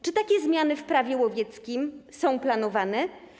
Czy takie zmiany w Prawie łowieckim są planowane?